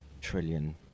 trillion